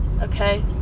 okay